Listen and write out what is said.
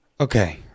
okay